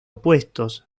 opuestos